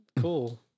cool